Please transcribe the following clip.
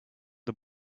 the